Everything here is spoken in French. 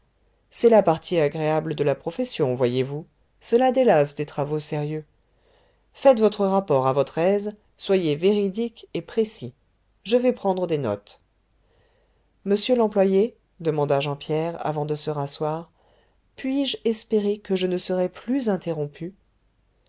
c'est la partie agréable de la profession voyez-vous cela délasse des travaux sérieux faites votre rapport à votre aise soyez véridique et précis je vais prendre des notes monsieur l'employé demanda jean pierre avant de se rasseoir puis-je espérer que je ne serai plus interrompu